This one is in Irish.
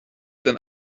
den